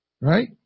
Right